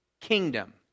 kingdom